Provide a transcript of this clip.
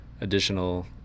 additional